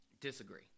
Disagree